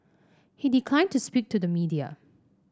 he declined to speak to the media